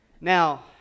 Now